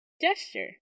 gesture